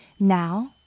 Now